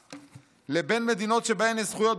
לבין מדינות שבהן יש זכויות בפועל,